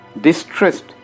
distressed